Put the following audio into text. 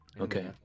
Okay